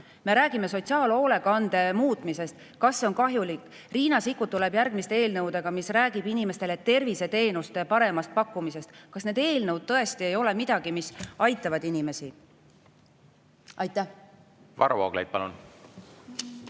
Me räägime sotsiaalhoolekande muutmisest – kas see on kahjulik? Riina Sikkut tuleb järgmiste eelnõudega ja räägib inimestele terviseteenuste paremast pakkumisest. Kas neis eelnõudes tõesti ei ole midagi, mis aitab inimesi? Jaa, aitäh! Kõigepealt